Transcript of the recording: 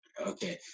Okay